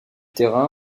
terrain